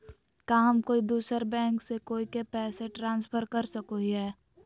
का हम कोई दूसर बैंक से कोई के पैसे ट्रांसफर कर सको हियै?